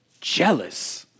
jealous